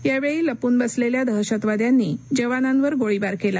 यावेळी लपून बसलेल्या दहशतवाद्यांनी जवानांवर गोळीबार केला